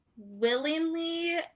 willingly